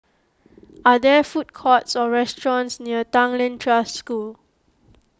are there food courts or restaurants near Tanglin Trust School